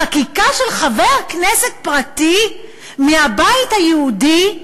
חקיקה של חבר כנסת פרטי מהבית היהודי,